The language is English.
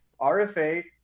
RFA